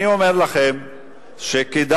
אני אומר לכם שכדאי,